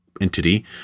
entity